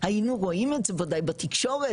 היינו רואים את זה ודאי בתקשורת.